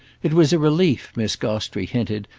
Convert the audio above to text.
it was a relief, miss gostrey hinted,